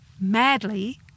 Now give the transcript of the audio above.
madly